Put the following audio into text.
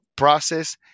process